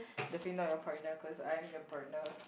definitely not your partner cause I'm your partner